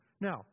Now